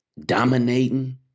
dominating